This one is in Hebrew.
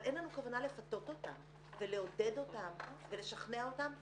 אבל אין לנו כוונה לפתות אותן ולעודד אותן ולשכנע אותן בשום דרך.